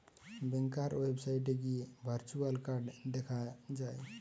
ব্যাংকার ওয়েবসাইটে গিয়ে virtual card দেখা যায়